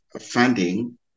funding